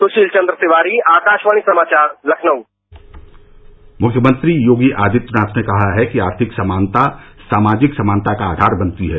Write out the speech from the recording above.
सुशील चंद्र तिवारीआकाशवाणी समाचार लखनऊ मुख्यमंत्री योगी आदित्यनाथ ने कहा कि आर्थिक समानता सामाजिक समानता का आधार बनती है